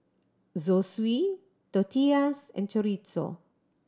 Zosui Tortillas and Chorizo